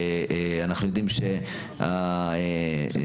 אנחנו יודעים שתקצוב